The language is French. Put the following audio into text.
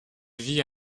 vit